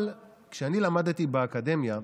אבל כשאני למדתי באקדמיה,